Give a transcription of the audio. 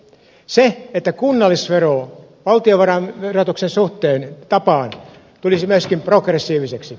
se että kunnallisvero valtionverotuksen tapaan tulisi myöskin progressiiviseksi